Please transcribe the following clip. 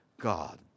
God